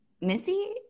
Missy